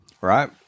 right